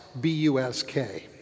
B-U-S-K